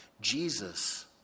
Jesus